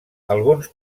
alguns